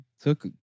took